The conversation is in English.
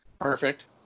perfect